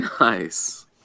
Nice